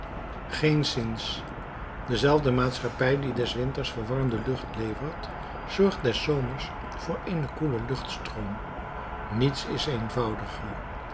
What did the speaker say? geenszins dezelfde maatschappij die des winters verwarmde lucht levert zorgt des zomers voor eenen koelen luchtstroom niets is eenvoudiger